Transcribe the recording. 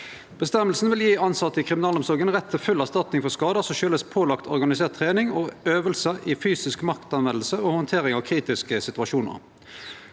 den- ne saken, vil gi ansatte i kriminalomsorgen rett til erstatning for skader som skyldes pålagt organisert trening og øvelse i fysisk maktanvendelse og håndtering av kritiske situasjoner.